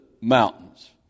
mountains